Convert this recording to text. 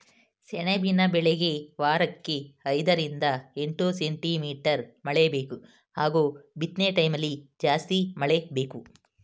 ಸೆಣಬಿನ ಬೆಳೆಗೆ ವಾರಕ್ಕೆ ಐದರಿಂದ ಎಂಟು ಸೆಂಟಿಮೀಟರ್ ಮಳೆಬೇಕು ಹಾಗೂ ಬಿತ್ನೆಟೈಮ್ಲಿ ಜಾಸ್ತಿ ಮಳೆ ಬೇಕು